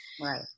Right